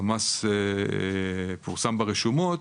המס פורסם ברשומות,